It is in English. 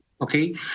okay